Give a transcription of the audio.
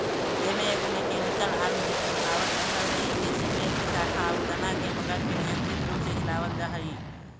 एमे एगो mechanical arm जइसन बनावट रहऽ हई जेसे पेड़ के शाखा आउ तना के पकड़के नियन्त्रित रूप से हिलावल जा हई